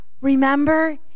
Remember